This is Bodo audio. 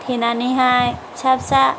थेनानैहाय फिसा फिसा